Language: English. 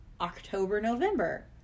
October-November